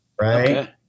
Right